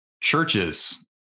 Churches